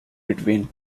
between